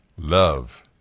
Love